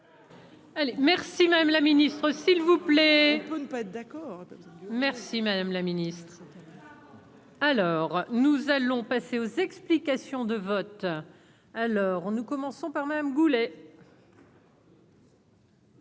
merci madame la ministre, s'il vous plaît ou ne pas être d'accord, merci madame la Ministre. Au Canada. Alors, nous allons passer aux explications de vote, à l'heure, on nous commençons par Madame Goulet.